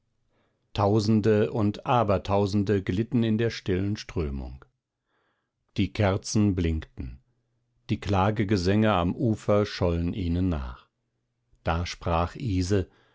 tausende und aber tausende glitten in der stillen strömung die kerzen blinkten die klagegesänge am ufer schollen ihnen nach da sprach ise